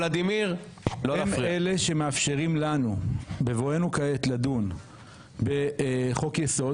הם אלה שמאפשרים לנו בבואנו כעת לדון בחוק יסוד